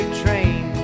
train